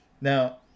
Now